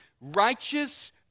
righteous